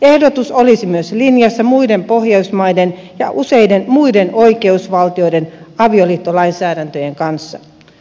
ehdotus olisi myös linjassa muiden pohjoismaiden ja useiden muiden oikeusvaltioiden avioliittolainsäädäntöjen kanssa